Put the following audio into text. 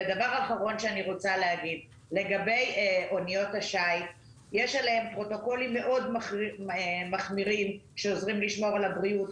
על אניות השיט יש פרוטוקולים מאוד מחמירים שעוזרים לשמור על הבריאות,